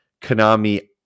Konami